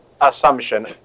assumption